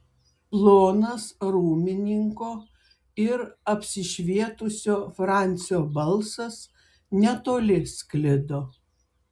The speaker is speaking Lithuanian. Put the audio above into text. plonas rūmininko ir apsišvietusio francio balsas netoli sklido